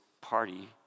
party